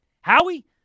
Howie